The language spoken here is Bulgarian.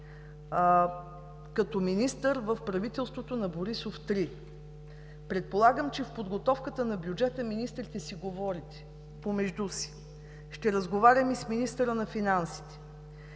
като министър в правителството на Борисов 3. Предполагам, че в подготовката на бюджета министрите си говорите помежду си. Ще разговарям и с министъра на финансите,